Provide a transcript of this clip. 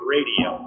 Radio